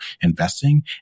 investing